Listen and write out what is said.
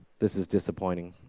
this is disappointing.